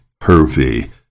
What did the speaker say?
Hervey